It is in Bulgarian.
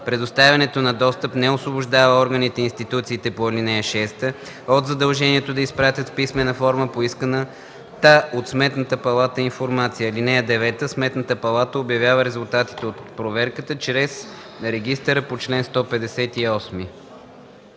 Предоставянето на достъп не освобождава органите и институциите по ал. 6 от задължението да изпратят в писмена форма поисканата от Сметната палата информация. (9) Сметната палата обявява резултатите от проверката чрез регистъра по чл. 158”.”